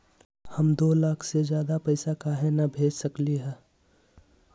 हम दो लाख से ज्यादा पैसा काहे न भेज सकली ह?